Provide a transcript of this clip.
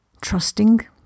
trusting